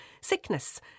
sickness